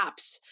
apps